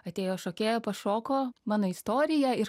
atėjo šokėja pašoko mano istorija ir